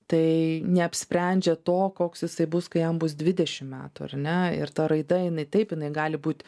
tai neapsprendžia to koks jisai bus kai jam bus dvidešim metų ar ne ir ta raida jinai taip jinai gali būt